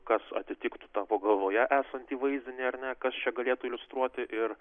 kas atitiktų tavo galvoje esantį vaizdinį ar ne kas čia galėtų iliustruoti ir